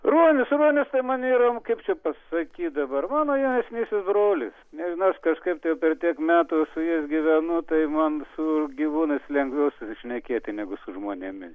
ruonis ruonis tai man kaip čia pasakyt dabar mano jaunesnysis brolis nežinau aš kažkaip tai per tiek metų su jais gyvenu tai man su gyvūnais lengviau susišnekėti negu su žmonėmis